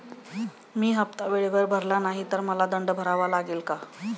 मी हफ्ता वेळेवर भरला नाही तर मला दंड भरावा लागेल का?